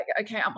okay